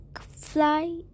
fly